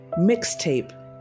Mixtape